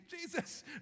Jesus